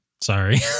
Sorry